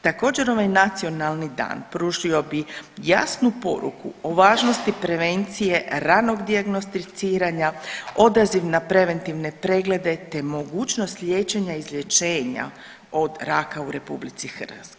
Također ovaj nacionalni dan pružio bi jasnu poruku o važnosti prevencije ranog dijagnosticiranja, odaziv na preventivne preglede te mogućnost liječenja i izlječenja od raka u RH.